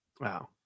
Wow